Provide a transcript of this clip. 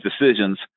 decisions